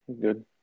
good